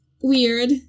weird